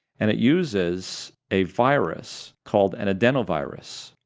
and it uses a virus called an adenovirus,